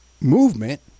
movement